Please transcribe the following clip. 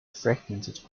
fragmented